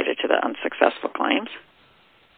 related to the unsuccessful climbs